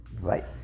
Right